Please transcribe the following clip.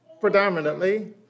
predominantly